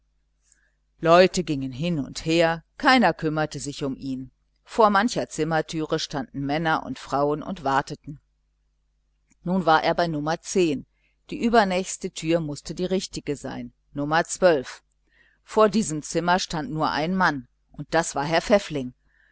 leute gingen hin und her keiner kümmerte sich um ihn vor mancher zimmertüre standen männer und frauen und warteten nun war er bei nr die übernächste türe mußte die richtige sein nr vor diesem zimmer stand ein mann und das war herr pfäffling